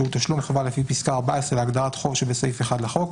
שהוא תשלום חובה לפי פסקה (14) להגדרת חוב שבסעיף 1 לחוק,